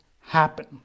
happen